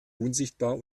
unsichtbar